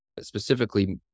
specifically